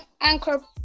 Anchor